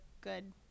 good